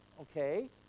okay